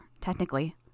technically